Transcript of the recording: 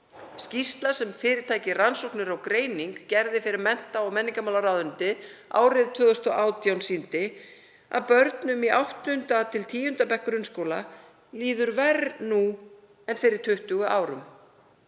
Skýrsla sem fyrirtækið Rannsóknir og greining gerði fyrir mennta- og menningarmálaráðuneytið árið 2018 sýndi að börnum í 8.–10. bekk grunnskóla líður verr nú en fyrir 20 árum.